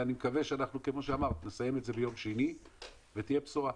ואני מקווה שנסיים את זה ביום שני ותהיה לנו בשורה.